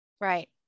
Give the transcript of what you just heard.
Right